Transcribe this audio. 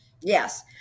Yes